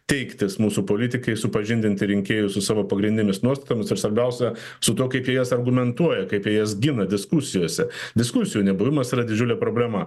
teiktis mūsų politikai supažindinti rinkėjus su savo pagrindinėmis nuostatomis ir svarbiausia su tuo kaip jie jas argumentuoja kaip jie jas gina diskusijose diskusijų nebuvimas yra didžiulė problema